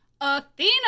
Athena